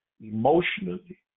emotionally